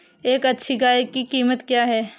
एक अच्छी गाय की कीमत क्या है?